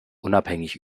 unabhängig